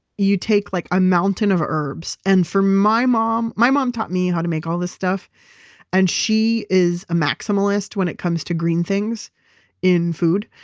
you take like a mountain of herbs and for my mom. my mom taught me how to make all this stuff and she is a maximalist when it comes to green things in food,